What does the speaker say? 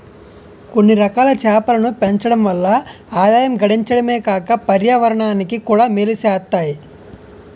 కొన్నిరకాల చేపలను పెంచడం వల్ల ఆదాయం గడించడమే కాక పర్యావరణానికి కూడా మేలు సేత్తాయి